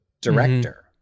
director